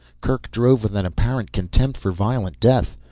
kerk drove with an apparent contempt for violent death.